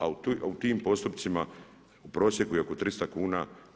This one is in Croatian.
A u tim postupcima u prosjeku je oko 300 kn.